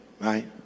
Right